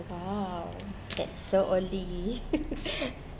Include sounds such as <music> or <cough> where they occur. !wow! that's so early <laughs>